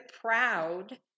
proud